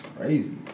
Crazy